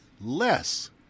less